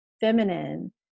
feminine